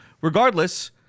regardless